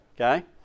Okay